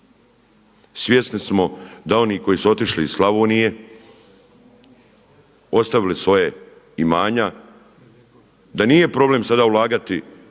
Svjesni smo da oni koji su otišli iz Slavonije, ostavili svoja imanja, da nije problem sada ulagati